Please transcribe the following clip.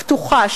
פתוחה,